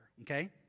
Okay